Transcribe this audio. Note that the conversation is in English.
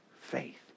faith